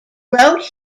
wrote